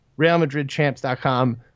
RealMadridChamps.com